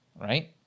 right